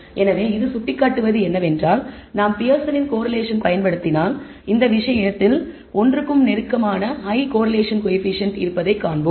எனவே இது சுட்டிக்காட்டுவது என்னவென்றால் நாம் பியர்சனின் கோரிலேஷன் பயன்படுத்தினால் இந்த விஷயத்தில் 1 ஒன்று க்கு நெருக்கமான ஹை கோரிலேஷன் கோயபிசியன்ட் இருப்பதைக் காண்போம்